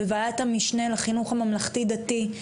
בוועדת המשנה לחינוך הממלכתי-דתי,